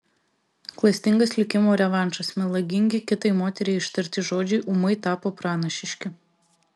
klastingas likimo revanšas melagingi kitai moteriai ištarti žodžiai ūmai tapo pranašiški